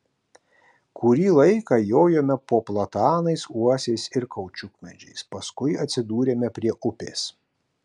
kurį laiką jojome po platanais uosiais ir kaučiukmedžiais paskui atsidūrėme prie upės